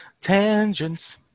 tangents